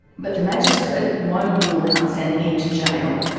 but the magistrate won't rule out sending him to jail,